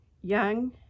young